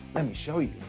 let me show you.